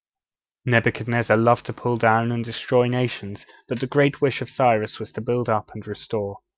nebuchadnezzar loved to pull down and destroy nations but the great wish of cyrus was to build up and restore.